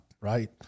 right